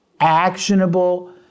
actionable